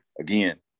again